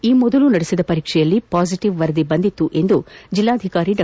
ಈ ಮೊದಲು ನಡೆಸಿದ ಪರೀಕ್ಷೆಯಲ್ಲಿ ಪಾಸಿಟಿವ್ ವರದಿ ಬಂದಿತ್ತು ಎಂದು ಜಿಲ್ಲಾಧಿಕಾರಿ ಡಾ